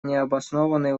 необоснованные